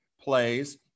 plays